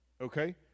Okay